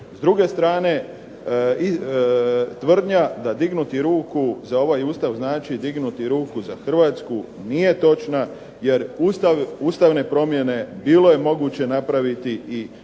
S druge strane, tvrdnja da dignuti ruku za ovaj Ustav znači dignuti ruku za Hrvatsku nije točna jer ustavne promjene bilo je moguće napraviti i